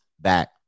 back